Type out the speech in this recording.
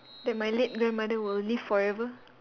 that my late grandmother will live forever